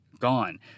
gone